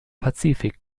pazifik